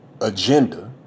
agenda